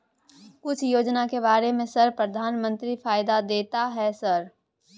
कुछ योजना के बारे में सर प्रधानमंत्री फायदा देता है सर?